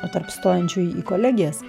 o tarp stojančiųjų į kolegijas